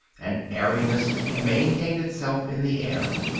an airiness that can maintain itself in the air.